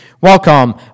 welcome